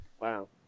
Wow